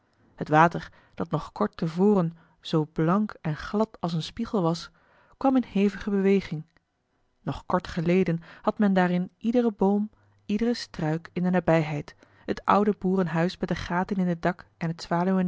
het water dat nog kort te voren zoo blank en glad als een spiegel was kwam in hevige beweging nog kort geleden had men daarin iederen boom iederen struik in de nabijheid het oude boerenhuis met de gaten in het dak en het